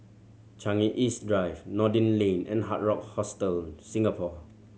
Changi East Drive Noordin Lane and Hard Rock Hostel Singapore